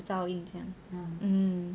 有照应这样